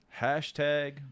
hashtag